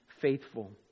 faithful